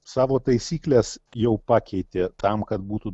savo taisykles jau pakeitė tam kad būtų